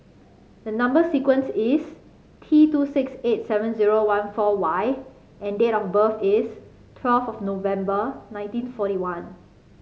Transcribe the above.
the number sequence is T two six eight seven zero one four Y and date of birth is twelve of November nineteen forty one